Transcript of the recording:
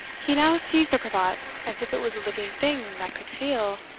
he now seized the cravat as if it was a living thing that could feel,